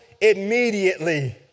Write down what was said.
immediately